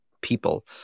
people